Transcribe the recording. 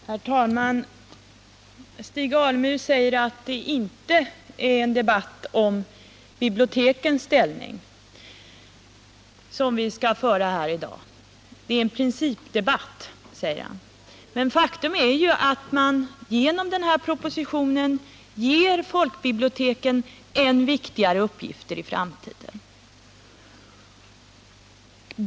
Herr talman! Stig Alemyr säger att vi inte skall föra en debatt här om bibliotekens ställning. Det här är en principdebatt, säger han. Men faktum är ju att man genom förslagen i propositionen ger folkbiblioteken än viktigare uppgifter i framtiden.